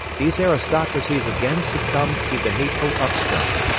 these aristocracies again succumbed to the hateful upstart.